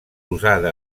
usada